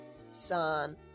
Son